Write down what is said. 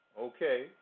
Okay